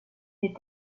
des